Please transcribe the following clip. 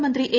മന്ത്രി എ